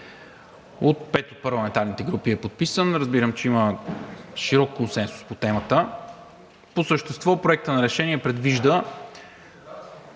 От пет от парламентарните групи е подписан. Разбирам, че има широк консенсус по темата. По същество Проектът на решение предвижда